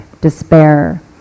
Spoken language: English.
despair